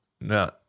No